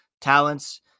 talents